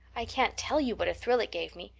i can't tell you what a thrill it gave me.